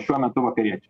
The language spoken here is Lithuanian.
šiuo metu vakariečiai